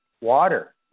water